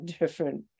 different